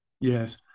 yes